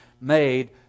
made